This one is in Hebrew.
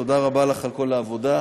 תודה רבה לך על כל העבודה.